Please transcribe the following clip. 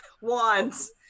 wands